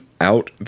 out